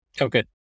okay